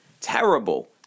terrible